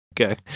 Okay